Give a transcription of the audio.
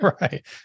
Right